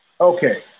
Okay